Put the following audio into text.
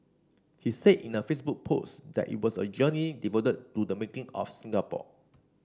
he said in a Facebook post that it was a journey devoted to the making of Singapore